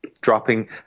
dropping